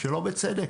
שלא בצדק,